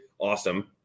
Awesome